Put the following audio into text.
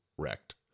wrecked